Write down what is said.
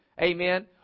Amen